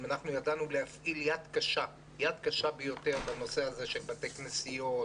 אם ידענו להפעיל יד קשה בנושא הזה על בתי כנסיות,